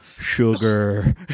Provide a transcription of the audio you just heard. sugar